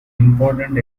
important